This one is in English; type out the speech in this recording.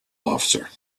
officer